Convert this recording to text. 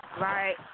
right